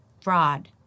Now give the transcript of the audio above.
fraud